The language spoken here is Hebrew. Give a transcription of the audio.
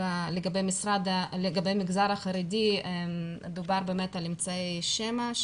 לגבי המגזר החרדי דובר על אמצעי שמע,